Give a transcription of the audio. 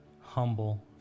humble